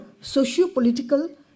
socio-political